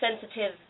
sensitive